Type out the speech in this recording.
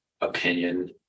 opinion